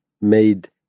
made